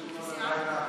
ישראל, ישבתי איתם השבוע,